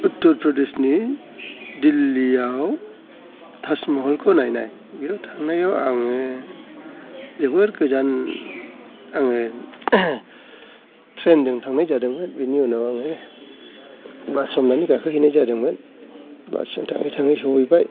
उत्तर प्रदेशनि दिल्लीयाव ताजमहलखौ नायनाय बेयाव थांनायाव आङो जोबोर गोजान आङो ट्रेन जों थांनाय जादोंमोन बिनि उनाव आङो बास हमनानै गाखोहैनाय जादोंमोन बासजों थाङै थाङै सहैबाय